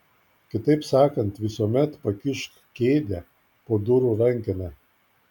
kitaip sakant visuomet pakišk kėdę po durų rankena